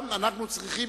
גם אנחנו צריכים,